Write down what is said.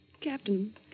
Captain